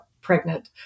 pregnant